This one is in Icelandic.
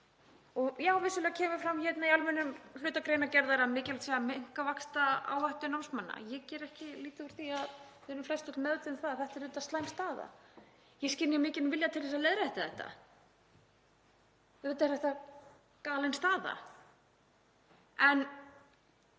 Og já, vissulega kemur fram hérna í almennum hluta greinargerðar að mikilvægt sé að minnka vaxtaáhættu námsmanna. Ég geri ekki lítið úr því, við erum flestöll meðvituð um að þetta er auðvitað slæm staða. Ég skynja mikinn vilja til þess að leiðrétta þetta. Auðvitað er þetta galin staða. En